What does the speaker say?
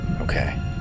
Okay